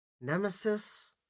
Nemesis